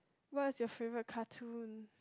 what is your favourite cartoon